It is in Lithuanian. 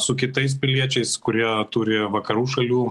su kitais piliečiais kurie turi vakarų šalių